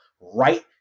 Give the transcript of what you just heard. right